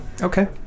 Okay